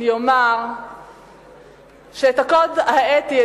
אני אומר שאת הקוד האתי,